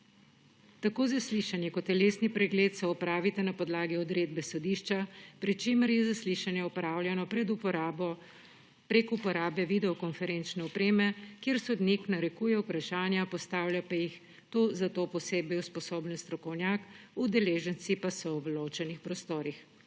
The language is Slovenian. Tako zaslišanje kot telesni pregled se opravita na podlagi odredbe sodišča, pri čemer je zaslišanje opravljeno prek uporabe videokonferenčne opreme, kjer sodnik narekuje vprašanja, postavlja pa jih za to posebej usposobljen strokovnjak, udeleženci pa so v ločenih prostorih.